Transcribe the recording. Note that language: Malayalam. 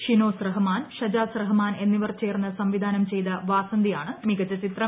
ഷിനോസ് റഹ്മാൻ ഷജാസ് റഹ്മാൻ എന്നിവർ ചേർന്ന് സംവിധാനം ചെയ്ത വാസന്തിയാണ് മികച്ച ചിത്രം